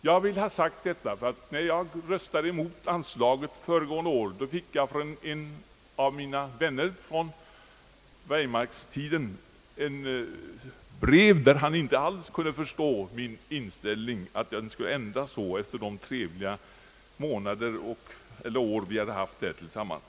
Jag vill ha detta sagt, ty när jag röstade emot boxningsanslaget föregående år, fick jag från en av mina vänner från Weimarks-tiden ett brev, där han inte alls kunde förstå att min inställning skulle ändras så efter de trevliga år vi haft där tillsammans.